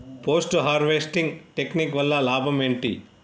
Post harvesting technique వల్ల లాభం ఏంటి?